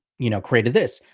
you know, created this.